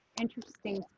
interesting